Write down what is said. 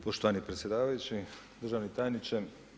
Poštovani predsjedavajući, državni tajniče.